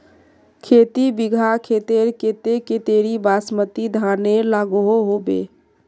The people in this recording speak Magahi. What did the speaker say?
खेती बिगहा खेतेर केते कतेरी बासमती धानेर लागोहो होबे?